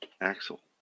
Axel